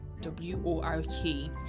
w-o-r-k